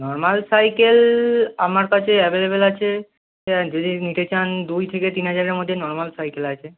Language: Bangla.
নরমাল সাইকেল আমার কাছে অ্যাভেলেভেল আছে যদি নিতে চান দুই থেকে তিন হাজারের মধ্যে নরমাল সাইকেল আছে